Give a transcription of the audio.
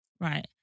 right